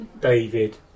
david